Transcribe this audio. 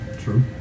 True